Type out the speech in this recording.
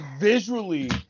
visually